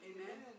Amen